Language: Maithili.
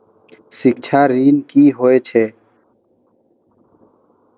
शिक्षा ऋण की होय छै?